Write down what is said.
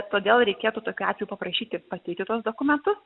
todėl reikėtų tokiu atveju paprašyti pateikti tuos dokumentus